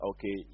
Okay